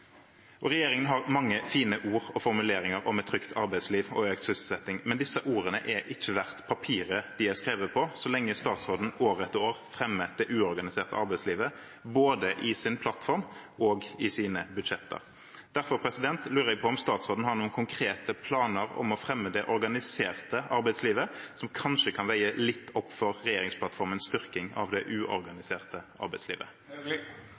uorganisert. Regjeringen har mange fine ord og formuleringer om et trygt arbeidsliv og økt sysselsetting. Men disse ordene er ikke verdt papiret de er skrevet på, så lenge statsråden år etter år fremmer det uorganiserte arbeidslivet, både i sin plattform og i sine budsjetter. Derfor lurer jeg på: Har statsråden noen konkrete planer om å fremme det organiserte arbeidslivet, som kanskje kan veie litt opp for regjeringsplattformens styrking av det